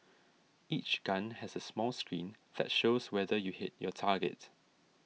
each gun has a small screen that shows whether you hit your target